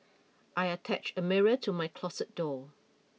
I attached a mirror to my closet door